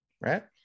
Right